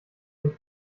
sich